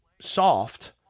soft